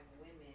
women